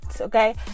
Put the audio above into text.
okay